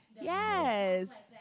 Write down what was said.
Yes